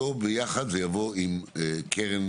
ביחד עם קרן